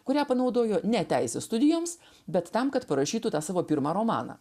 kurią panaudojo ne teisės studijoms bet tam kad parašytų tą savo pirmą romaną